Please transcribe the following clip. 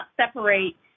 separate